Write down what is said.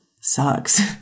sucks